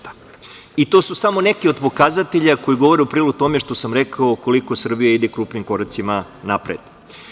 To su samo neki od pokazatelja koji govore u prilog tome što sam rekao koliko Srbija ide krupnim koracima napred.